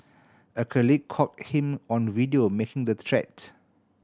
a colleague caught him on video making the threat